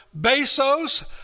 Bezos